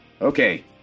Okay